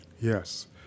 Yes